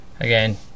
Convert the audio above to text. again